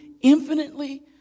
infinitely